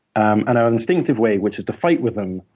um and our instinctive way, which is to fight with them,